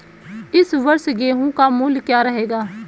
इस वर्ष गेहूँ का मूल्य क्या रहेगा?